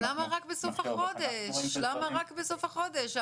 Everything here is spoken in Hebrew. אבל למה רק בסוף החודש?